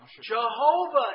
Jehovah